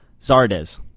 Zardes